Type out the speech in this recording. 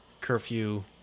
curfew